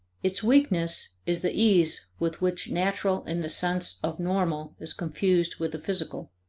its weakness is the ease with which natural in the sense of normal is confused with the physical.